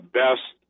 best